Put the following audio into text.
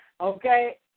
okay